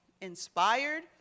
inspired